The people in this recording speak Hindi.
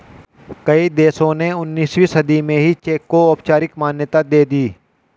कई देशों ने उन्नीसवीं सदी में ही चेक को औपचारिक मान्यता दे दी